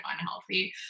unhealthy